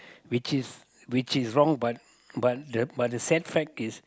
which is which is wrong but but the but the sad fact is